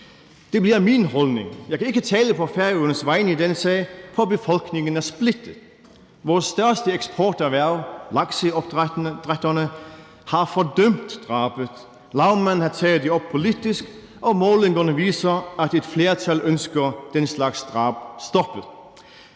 Det bliver min holdning. Jeg kan ikke tale på vegne af Færøerne i denne sag, for befolkningen er splittet. Vores største eksporterhverv – lakseopdrætterne – har fordømt drabet, lagmanden har taget sagen op politisk, og målingerne viser, at et flertal ønsker den slags drab stoppet.